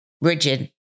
rigid